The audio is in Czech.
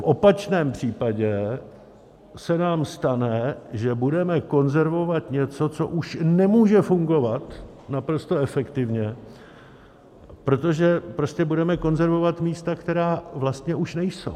V opačném případě se nám stane, že budeme konzervovat něco, co už nemůže fungovat naprosto efektivně, protože prostě budeme konzervovat místa, která vlastně už nejsou.